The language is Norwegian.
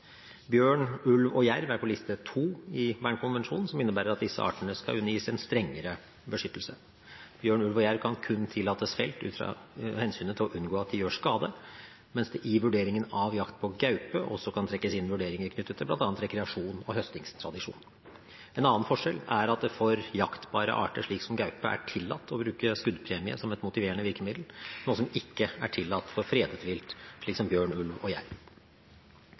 Bjørn, ulv og jerv er på liste II i Bernkonvensjonen, som innebærer at disse artene skal undergis en strengere beskyttelse. Bjørn, ulv og jerv kan kun tillates felt ut fra hensynet til å unngå at de gjør skade, mens det i vurderingen av jakt på gaupe også kan trekkes inn vurderinger knyttet til bl.a. rekreasjon og høstingstradisjon. En annen forskjell er at det for jaktbare arter, slik som gaupe, er tillatt å bruke skuddpremie som et motiverende virkemiddel, noe som ikke er tillatt for fredet vilt, som bjørn, ulv og